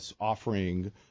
offering